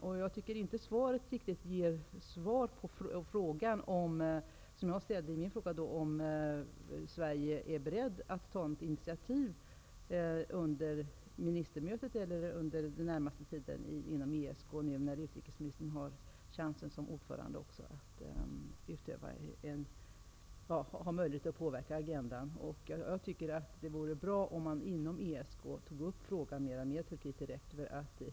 Utrikesministern ger inte riktigt svar på min fråga om Sverige är berett att ta initiativ i ESK under ministermötet eller den närmaste tiden. Utrikesministern har ju nu som ordförande möjlighet att påverka agendan. Det vore bra om man inom ESK tog upp frågan med Turkiet direkt.